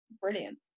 brilliant